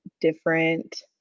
different